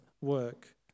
work